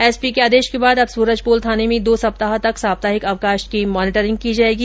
SP के आदेश के बाद अब सूरजपोल थाने में दो सप्ताह तक साप्ताहिक अवकाश की मॉनिटरिंग की जाएगी